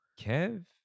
Kev